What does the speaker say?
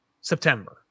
September